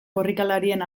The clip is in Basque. korrikalarien